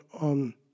on